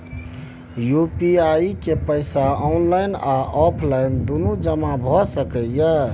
UPI के पैसा online आ ऑफलाइन दुनू जमा भ सकै इ?